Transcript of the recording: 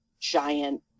giant